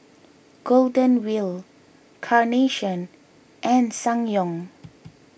Golden Wheel Carnation and Ssangyong